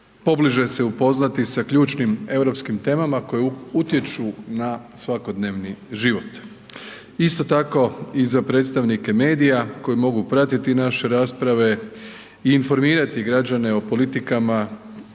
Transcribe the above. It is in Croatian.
pobliže se upoznati sa ključnim europskim temama koje utječu na svakodnevni život. Isto tako i za predstavnike medija koji mogu pratiti naše rasprave i informirati građane o politika